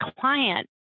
client